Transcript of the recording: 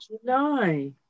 July